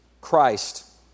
Christ